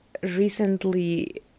recently